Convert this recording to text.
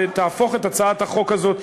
שתהפוך את הצעת החוק הזאת,